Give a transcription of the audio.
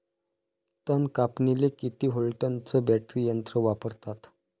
तन कापनीले किती व्होल्टचं बॅटरी यंत्र वापरतात?